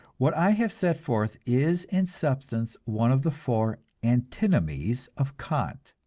what i have set forth is in substance one of the four antinomies of kant,